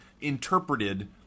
interpreted